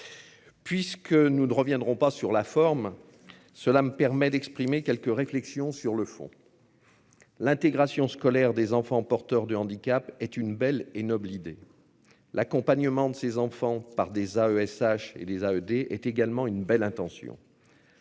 Puisque nous ne reviendrons pas sur la forme. Cela me permet d'exprimer quelques réflexions sur le fond. L'intégration scolaire des enfants porteurs de handicap est une belle et noble idée. L'accompagnement de ses enfants par des AESH Elisa ED est également une belle intention.